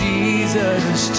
Jesus